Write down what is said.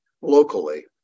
locally